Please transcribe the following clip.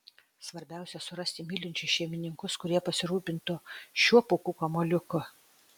svarbiausia surasti mylinčius šeimininkus kurie pasirūpintų šiuo pūkų kamuoliuku